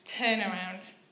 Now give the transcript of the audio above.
turnaround